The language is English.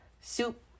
Soup